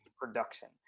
production